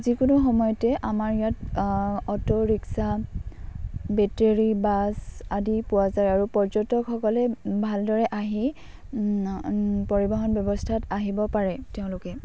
যিকোনো সময়তে আমাৰ ইয়াত অটো ৰিক্সা বেটেৰী বাছ আদি পোৱা যায় আৰু পৰ্যটকসকলে ভালদৰে আহি পৰিৱহণ ব্যৱস্থাত আহিব পাৰে তেওঁলোকে